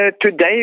today